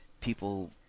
people